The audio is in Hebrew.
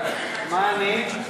מה אני?